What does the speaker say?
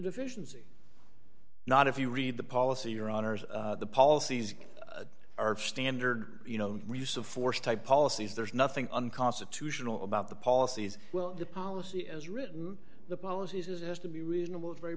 deficiency not if you read the policy your honour's policies are standard you know reduce of force type policies there's nothing unconstitutional about the policies well the policy as written the policies is to be reasonable very